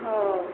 ହଁ